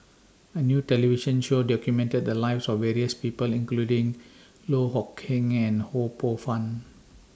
A New television Show documented The Lives of various People including Loh Kok Heng and Ho Poh Fun